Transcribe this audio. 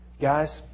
Guys